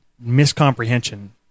miscomprehension